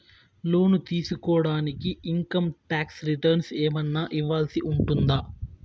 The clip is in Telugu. లోను తీసుకోడానికి ఇన్ కమ్ టాక్స్ రిటర్న్స్ ఏమన్నా ఇవ్వాల్సి ఉంటుందా